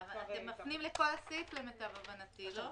אבל אתם מפנים לכל הסעיף למיטב הבנתי, לא?